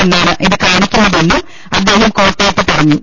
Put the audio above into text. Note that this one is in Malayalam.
വെന്നാണ് ഇത് കാണിക്കുന്നതെന്നും അദ്ദേഹം കോട്ടയത്ത് പറഞ്ഞു